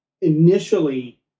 initially